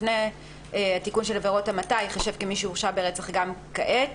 לפני התיקון של עבירות המתה ייחשב כמי שהורשע ברצח גם כעת.